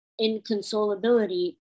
inconsolability